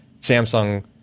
Samsung